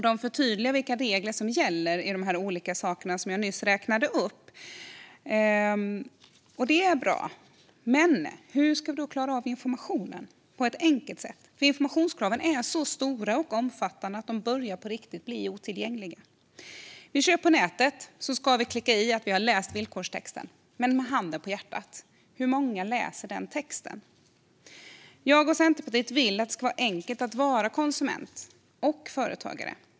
De förtydligar vilka regler som gäller i fråga om de olika saker som jag nyss räknade upp. Det är bra. Men hur ska vi klara av informationen på ett enkelt sätt? Informationskraven är så stora och omfattande att informationen på riktigt börjar bli otillgänglig. Vid köp på nätet ska vi klicka i att vi har läst villkorstexten. Men handen på hjärtat: Hur många läser den texten? Jag och Centerpartiet vill att det ska vara enkelt att vara konsument och företagare.